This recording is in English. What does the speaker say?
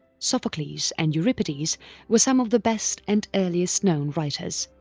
sophocles and euripides were some of the best and earliest known writers.